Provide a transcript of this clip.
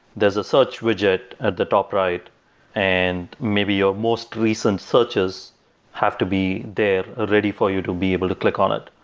there's a search widget at the top right and maybe your most recent searches have to be there ready for you to be able to click on it.